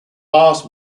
last